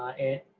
and